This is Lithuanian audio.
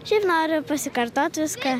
šiaip noriu pasikartot viską